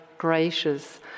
gracious